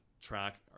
track